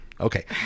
Okay